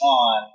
on